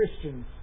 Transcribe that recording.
Christians